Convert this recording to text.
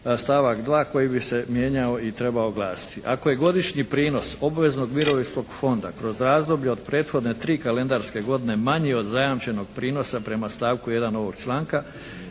stavak 2. koji bi se mijenjao i trebao glasiti: "Ako je godišnji prinos obveznog Mirovinskog fonda kroz razdoblje od prethodne tri kalendarske godine manji od zajamčenog prinosa prema stavku 1. ovog članka,